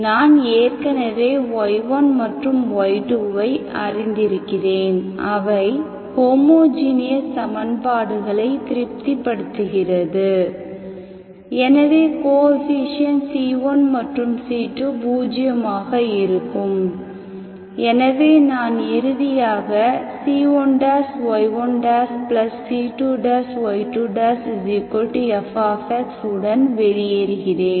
நான் ஏற்கனவே y1 மற்றும் y2 ஐ அறிந்திருக்கிறேன் அவை ஹோமோஜீனியஸ் சமன்பாடுகளை திருப்திப்படுத்துகிறது எனவே கோஎஃபீஷியேன்ட் c1 மற்றும் c2 பூஜ்ஜியமாக இருக்கும் எனவே நான் இறுதியாக c1y1c2y 2 fx உடன் வெளியேறுகிறேன்